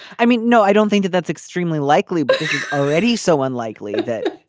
i mean no i don't think that that's extremely likely but is already so unlikely that